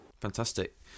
Fantastic